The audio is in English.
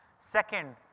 second,